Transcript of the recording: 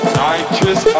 nitrous